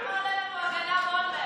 כמה עולה לנו הגנב אולמרט?